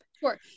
Sure